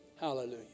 Hallelujah